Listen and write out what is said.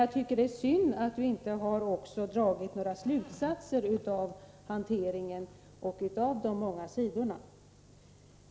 Jag tycker bara att det är synd att hon inte dragit några slutsatser av hanteringen och av de många sidorna.